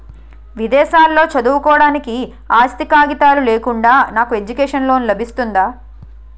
విదేశాలలో చదువుకోవడానికి ఆస్తి కాగితాలు లేకుండా నాకు ఎడ్యుకేషన్ లోన్ లబిస్తుందా?